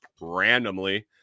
randomly